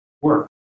work